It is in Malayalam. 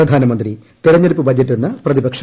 പ്രധാനമന്ത്രി തെരഞ്ഞെടുപ്പ് ബജറ്റെന്ന് പ്രതിപക്ഷം